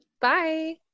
bye